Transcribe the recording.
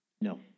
No